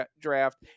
draft